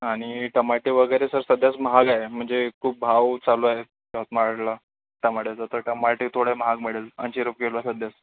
आणि टमाटे वगैरे सर सध्याच महाग आहे म्हणजे खूप भाव चालू आहे यवतमाळला टमाट्याचा तर टमाटे थोडे महाग मिळेल ऐंशी रुपये किलो सध्या